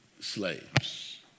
slaves